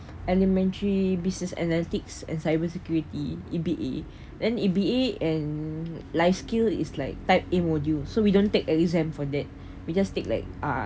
elementary business analytics and cyber security E_B_A and E_B_A and life skill is like type A module so we don't take exam for that we just take like uh